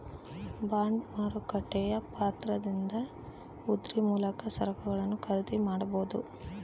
bond ಮಾರುಕಟ್ಟೆಯ ಪತ್ರದಿಂದ ಉದ್ರಿ ಮೂಲಕ ಸರಕುಗಳನ್ನು ಖರೀದಿ ಮಾಡಬೊದು